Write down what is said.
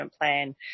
plan